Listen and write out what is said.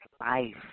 life